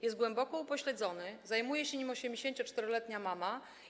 Jest głęboko upośledzony, zajmuje się nim 84-letnia mama.